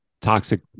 toxic